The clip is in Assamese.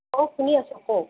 অঁ শুনি আছোঁ কওক